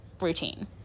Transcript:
routine